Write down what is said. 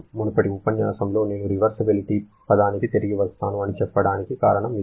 మునుపటి ఉపన్యాసంలో నేను రివర్సిబిలిటీ పదానికి తిరిగి వస్తాను అని చెప్పడానికి కారణం ఇదే